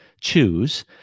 choose